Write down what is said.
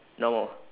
normal